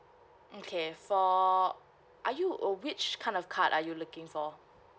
okay for are you uh which kind of card are you looking for